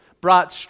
brought